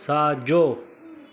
साॼो